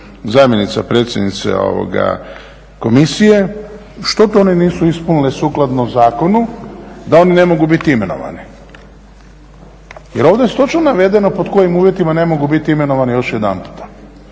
zamjenica predsjednice Komisije što to oni nisu ispunili sukladno zakonu da oni ne mogu biti imenovani. Jer ovdje je točno navedeno pod kojim uvjetima ne mogu biti imenovani još jedan puta.